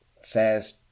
says